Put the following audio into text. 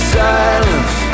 silence